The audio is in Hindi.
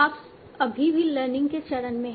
आप अभी भी लर्निंग के चरण में हैं